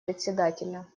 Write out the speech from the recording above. председателя